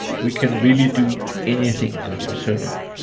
we can really do anything with the server.